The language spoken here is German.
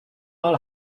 mal